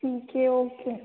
ठीक है ओके